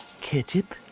ketchup